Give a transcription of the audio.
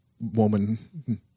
woman